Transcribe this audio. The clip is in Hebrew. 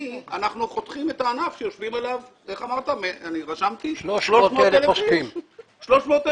אנחנו חותכים את הענף עליו יושבים 300,000 אנשים.